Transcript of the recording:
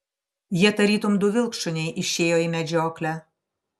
jie tarytum du vilkšuniai išėjo į medžioklę